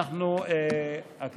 עד כאן.